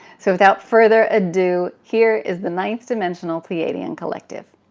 so without further ado, here is the ninth dimensional pleiadian collective.